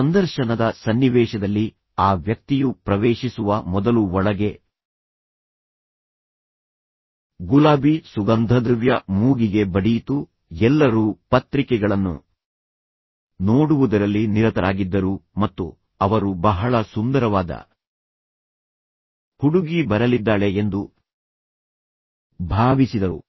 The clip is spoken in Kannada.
ಸಂದರ್ಶನದ ಸನ್ನಿವೇಶದಲ್ಲಿ ಆ ವ್ಯಕ್ತಿಯು ಪ್ರವೇಶಿಸುವ ಮೊದಲು ಒಳಗೆ ಗುಲಾಬಿ ಸುಗಂಧದೃವ್ಯ ಮೂಗಿಗೆ ಬಡಿಯಿತು ಎಲ್ಲರೂ ಪತ್ರಿಕೆಗಳನ್ನು ನೋಡುವುದರಲ್ಲಿ ನಿರತರಾಗಿದ್ದರು ಮತ್ತು ಅವರು ಬಹಳ ಸುಂದರವಾದ ಹುಡುಗಿ ಬರಲಿದ್ದಾಳೆ ಎಂದು ಭಾವಿಸಿದರು